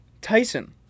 Tyson